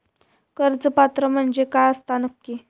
कर्ज पात्र म्हणजे काय असता नक्की?